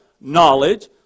knowledge